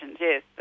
yes